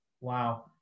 wow